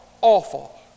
awful